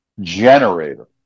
generator